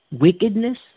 Wickedness